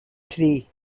three